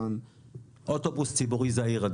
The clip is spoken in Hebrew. אוטובוס ציבור זעיר.